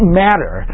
matter